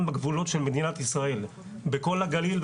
בגבולות של מדינת ישראל בכל הגליל,